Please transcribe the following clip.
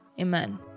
amen